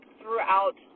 throughout